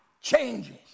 changes